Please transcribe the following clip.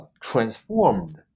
transformed